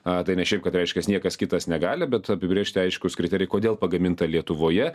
a tai ne šiaip kad reiškias niekas kitas negali bet apibrėžti aiškūs kriterijai kodėl pagaminta lietuvoje